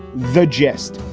the gist,